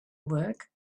work